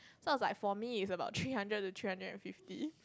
so I was like for me is about three hundred to three hundred fifty